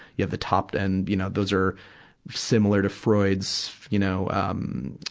you have the top and, you know, those are similar to freud's, you know, um,